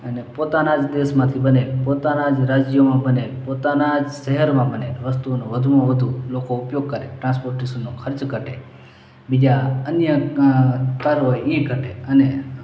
અને પોતાના જ દેશમાંથી બનેલી પોતાનાં રાજ્યોમાં બનેલી પોતાનાં શહેરમાં બનેલી વસ્તુઓનો વધુમાં વધુ લોકો ઉપયોગ કરે ટ્રાન્સપોર્ટેશનનો ખર્ચ ઘટે બીજા અન્ય અં કર હોય એ ઘટે અને